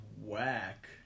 whack